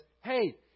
hey